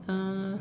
uh